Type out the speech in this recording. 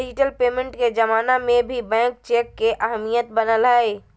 digital payment के जमाना में भी बैंक चेक के अहमियत बनल हइ